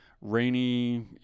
rainy